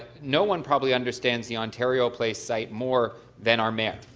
no one probably understands the ontario place site more than our mayor.